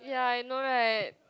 ya I know right